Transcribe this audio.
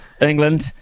England